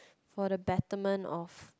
for the betterment of